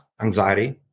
Anxiety